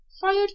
fired